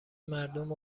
مردم